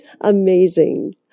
amazing